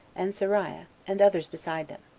and seraiah, and others beside them.